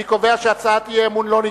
אני קובע שהצעת האי-אמון לא נתקבלה.